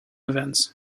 events